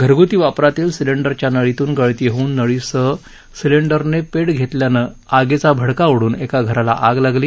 घरगुती वापरातील सिलिंडरच्या नळीतून गळती होऊन नळीसह सिलिंडरने पेट घेतल्यानं आगीचा भडका उडून एका घराला आग लागली